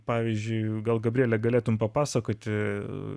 pavyzdžiui gal gabrielė galėtumei papasakoti